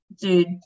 Dude